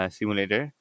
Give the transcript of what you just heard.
simulator